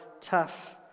tough